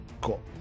Cool